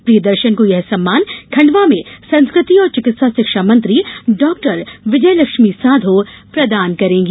प्रियदर्शन को यह सम्मान खंडवा में संस्कृति और चिकित्सा शिक्षा मंत्री डाक्टर विजयलक्ष्मी साधौ प्रदान करेंगी